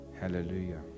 Hallelujah